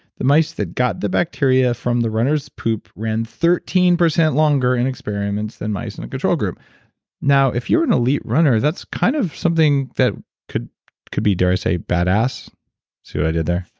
the most that got the bacteria from the runner's poop ran thirteen percent longer in experiments than mice in the control group now, if you're an elite runner, that's kind of something that could could be, dare i say, bad ass see what i did there?